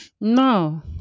No